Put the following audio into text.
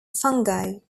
fungi